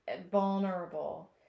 vulnerable